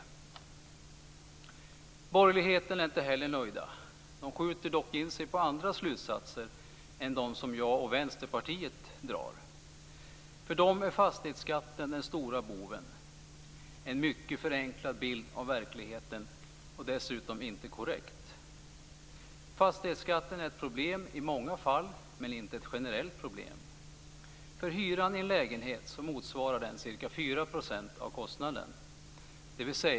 Inom borgerligheten är man inte heller nöjd. Där skjuter man dock in sig på andra slutsatser än de som jag och Vänsterpartiet drar. För borgerligheten är fastighetsskatten den stora boven. Det är en mycket förenklad bild av verkligheten. Dessutom är den inte korrekt. Fastighetsskatten är ett problem i många fall, men inte ett generellt problem. För hyran i en lägenhet motsvarar den ca 4 % av kostnaden.